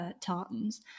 tartans